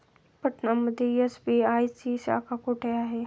पटना मध्ये एस.बी.आय ची शाखा कुठे आहे?